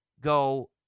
go